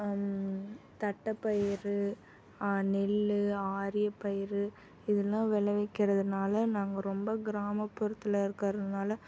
தட்டைப்பயிறு நெல் ஆரியப்பயிறு இதலாம் விளைவிக்கிறதுனால் நாங்கள் ரொம்ப கிராமப்புறத்தில் இருக்கிறனால